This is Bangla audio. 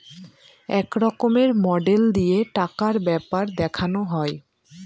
এক রকমের মডেল দিয়ে টাকার ব্যাপার দেখানো হয়